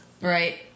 Right